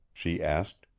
she asked.